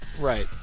Right